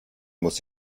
muss